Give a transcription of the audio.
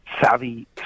savvy